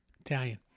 Italian